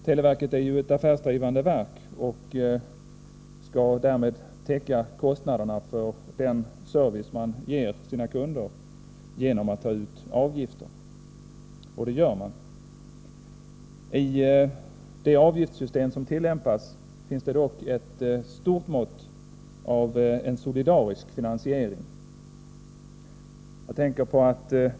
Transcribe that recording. Televerket är ju ett affärsdrivande verk och skall därmed täcka kostnaderna för den service man ger sina kunder genom att ta ut avgifter. Och det gör man. I det avgiftssystem som tillämpas finns det dock ett stort mått av en solidarisk finansiering.